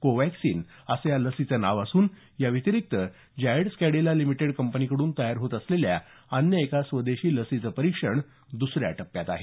Covaxin असं या लसीचं नाव असून या व्यतिरिक्त जायड्स कॅडिला लिमिटेड कंपनीकडून तयार होत असलेल्या अन्य एका स्वदेशी लसीचं परीक्षण दुसऱ्या टप्प्यात आहे